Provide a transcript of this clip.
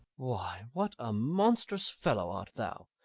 why, what a monstrous fellow art thou,